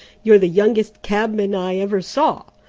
you're the youngest cabman i ever saw.